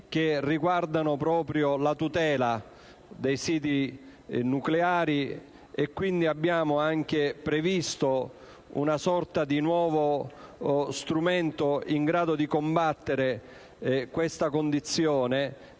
che riguardano proprio la tutela dei siti nucleari e, quindi, abbiamo anche previsto una sorta di nuovo strumento in grado di combattere questa condizione